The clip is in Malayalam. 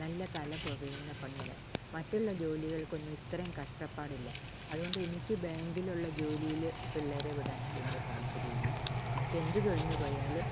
നല്ല തല പുകയുന്ന പണികള് മറ്റുള്ള ജോലികൾക്കൊന്നും ഇത്ര കഷ്ടപ്പാടില്ല അതുകൊണ്ട് എനിക്ക് ബാങ്കിലുള്ള ജോലിയില് പിള്ളേരെ വിടാന് വലിയ താല്പര്യം ഇല്ല മറ്റെന്തു തൊഴിലിനു പോയാലും